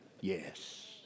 Yes